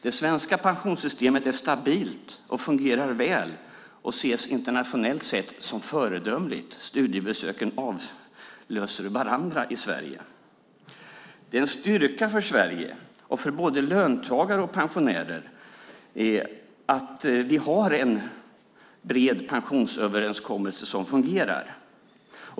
Det svenska pensionssystemet är stabilt och fungerar väl och ses internationellt som föredömligt. Studiebesöken avlöser varandra i Sverige. Det är en styrka för Sverige och för både löntagare och pensionärer att vi har en bred pensionsöverenskommelse som fungerar.